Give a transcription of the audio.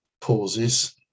pauses